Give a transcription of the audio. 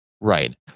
Right